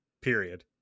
period